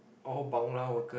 all Bangla worker